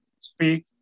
speak